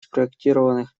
спроектированных